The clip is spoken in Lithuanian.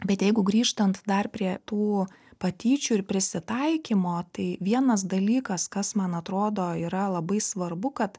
bet jeigu grįžtant dar prie tų patyčių ir prisitaikymo tai vienas dalykas kas man atrodo yra labai svarbu kad